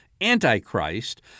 Antichrist